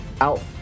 out